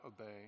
obey